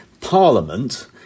Parliament